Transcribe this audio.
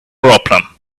problem